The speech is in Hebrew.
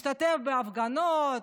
השתתף בהפגנות,